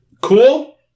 Cool